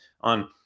on